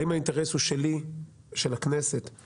האם האינטרס הוא שלי, של הכנסת, לפקח.